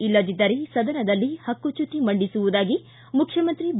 ಇಲ್ಲದಿದ್ದರೆ ಸದನದಲ್ಲಿ ಹಕ್ಕುಚ್ಕುತಿ ಮಂಡಿಸುವುದಾಗಿ ಮುಖ್ಕಮಂತ್ರಿ ಬಿ